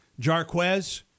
Jarquez